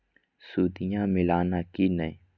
सुदिया मिलाना की नय?